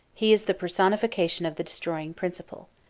he is the personification of the destroying principle.